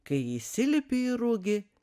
kai įsilipi į rugį